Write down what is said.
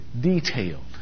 detailed